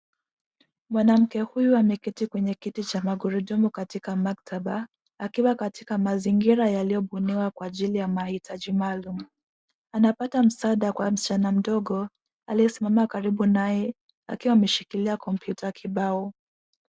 Mwanamke huyu ameketi kwenye kiti cha magurudumu katika maktaba akiwa katika mazingira yaliyobuniwa Kwa ajili ya mahitaji maalum. Anapata msaada kwa msichana mdogo, aliyesimama karibu naye akiwa ameshikilia kompyuta kibao.